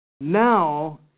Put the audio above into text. now